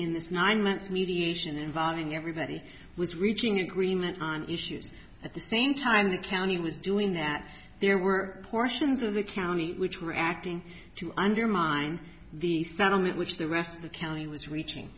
in this nine months mediation involving everybody was reaching agreement on issues at the same time the county was doing that there were portions of the county which were acting to undermine the settlement which the rest of the county was reaching